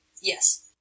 Yes